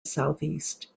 southeast